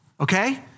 okay